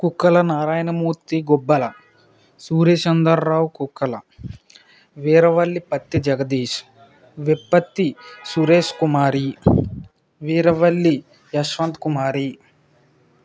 Kukkala Narayanamurthy Gubbala Surya Chandarrao Kukkala Veeravalli Patti Jagadish Vippatti Suresh Kumari Veeravalli Yashwant Kumari